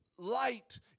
Light